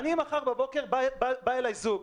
מחר בבוקר בא אליי זוג,